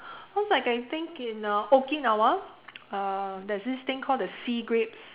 cause like I think in the okinawa uh there's this thing called the sea grapes